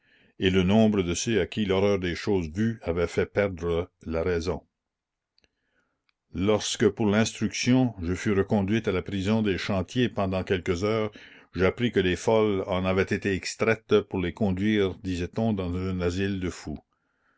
et le nombre de ceux à qui l'horreur des choses vues avait fait perdre la raison la commune lorsque pour l'instruction je fus reconduite à la prison des chantiers pendant quelques heures j'appris que les folles en avaient été extraites pour les conduire disait-on dans un asile de fous